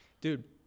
dude